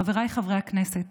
חבריי חברי הכנסת,